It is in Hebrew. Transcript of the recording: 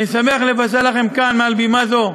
אני שמח לבשר לכם כאן, מעל בימה זו,